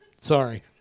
sorry